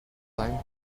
time